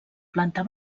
planta